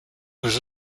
was